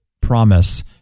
promise